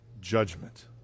Judgment